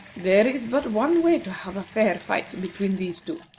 there is but one way to have a fair fight between these two.